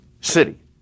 city